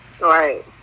Right